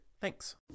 thanks